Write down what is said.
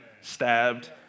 stabbed